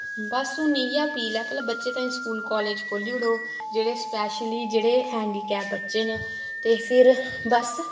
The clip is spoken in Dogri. बस हुन इयै अपील ऐ भला बच्चें तांईं स्कूल कालेज़ खोह्ली ओड़ो जेह्ड़े स्पैशली जेह्ड़े हैंडीकैप बच्चे न ते फिर बस